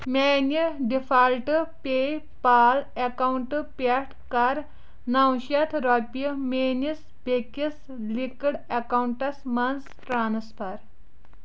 میانہِ ڈفالٹہٕ PayPal اکاونٛٹہٕ پٮ۪ٹھٕ کَر نو شٮ۪تھ رۄپیہِ میٲنِس بیٛکِس لِکٕڈ اکاونٹَس مَنٛز ٹرانسفر